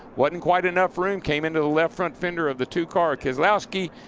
wasn't quite enough room. came into the left front fender of the two car keslowski,